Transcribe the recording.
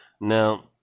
Now